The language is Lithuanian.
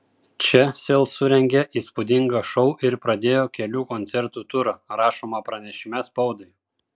čia sel surengė įspūdingą šou ir pradėjo kelių koncertų turą rašoma pranešime spaudai